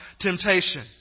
temptation